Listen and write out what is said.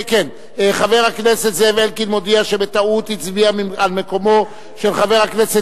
להצביע במקום אחר זה